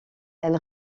elle